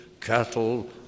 cattle